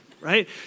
Right